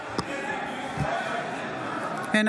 אינה